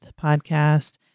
podcast